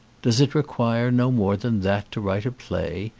does it require no more than that to write a play?